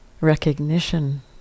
recognition